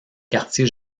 quartier